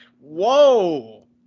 whoa